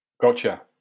gotcha